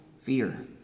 fear